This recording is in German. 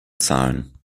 zahlen